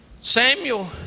Samuel